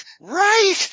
Right